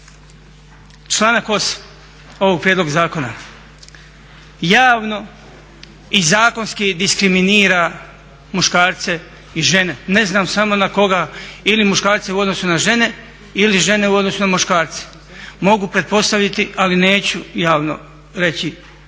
članak 8. ovog prijedloga zakona javno i zakonski diskriminira muškarce i žene. Ne znam samo na koga ili muškarce u odnosu na žene ili žene u odnosu na muškarce. Mogu pretpostaviti, ali neću javno reći